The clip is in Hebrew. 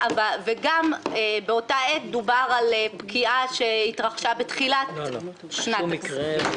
באותה עת דובר גם על פקיעה שהתרחשה בתחילת שנת הכספים.